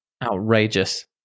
outrageous